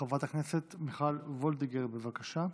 חברת הכנסת מיכל וולדיגר, בבקשה.